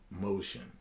motion